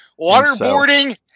Waterboarding